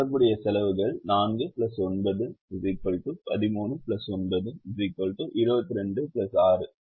தொடர்புடைய செலவுகள் 4 9 13 9 22 6 28